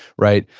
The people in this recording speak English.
right?